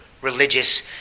religious